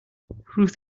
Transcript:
ruth